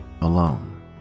alone